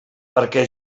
perquè